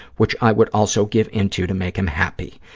which i would also give in to to make him happy.